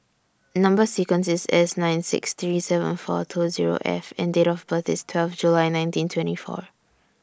Number sequence IS S nine six three seven four two F and Date of birth IS twelve July nineteen twenty four